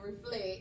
reflect